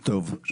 טוב,